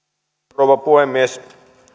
rouva puhemies